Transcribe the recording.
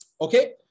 okay